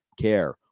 care